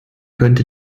könnte